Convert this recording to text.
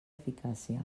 eficàcia